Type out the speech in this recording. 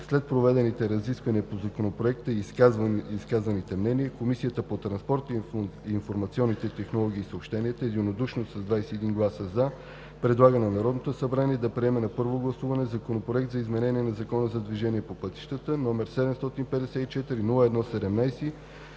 След проведените разисквания по Законопроекта и изказаните мнения, Комисията по транспорт, информационни технологии и съобщения единодушно с 21 гласа “за” предлага на Народното събрание да приеме на първо гласуване Законопроект за изменение на Закона за движението по пътищата, № 754-01-17,